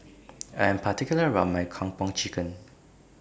I Am particular about My Kung Po Chicken